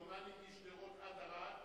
דומני שמשדרות עד ערד,